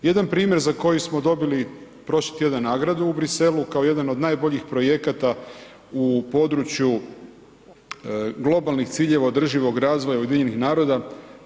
Jedan primjer za koji smo dobili prošli tjedan nagradu u Briselu kao jedan od najboljih projekata u području globalnih ciljeva održivog razvoja UN-a.